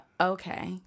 Okay